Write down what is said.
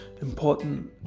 important